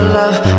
love